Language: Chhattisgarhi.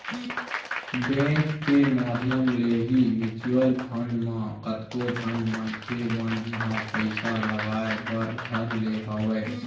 बेंक के माधियम ले ही म्यूचुवल फंड म कतको झन मनखे मन ह पइसा लगाय बर धर ले हवय